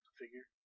figure